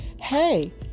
hey